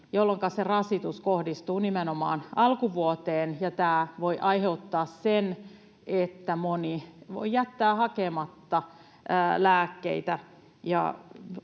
jolloinka se rasitus kohdistuu nimenomaan alkuvuoteen. Tämä voi aiheuttaa sen, että moni jättää hakematta lääkkeitä,